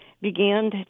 began